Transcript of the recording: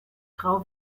grau